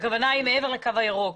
הכוונה היא מעבר לקו הירוק.